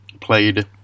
played